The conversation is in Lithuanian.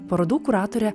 parodų kuratore